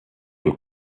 will